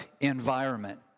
environment